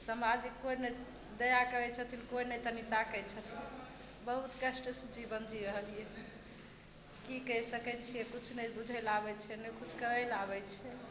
समाजिक कोइ नहि दया करय छथिन कोइ नहि तनी ताकय छथिन बहुत कष्टसँ जीवन जी रहलियै हँ की करि सकय छियै किछु नहि बुझैलयै आबय छै नहि किछु करय लए आबय छै